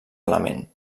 element